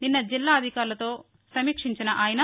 నిన్న జిల్లా అధికారులతో సమీక్షించిన ఆయన